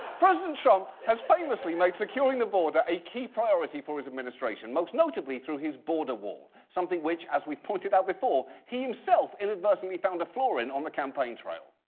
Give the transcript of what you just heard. president trump has famously made securing the border a key priority for his administration, most notably through his border wall, something which, as we've pointed out before, he himself inadvertently found a flaw in on the campaign trail.